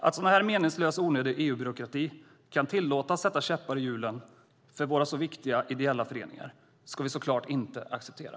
Att sådan här meningslös och onödig EU-byråkrati kan tillåtas sätta käppar i hjulen för våra så viktiga ideella föreningar ska vi såklart inte acceptera.